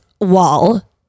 wall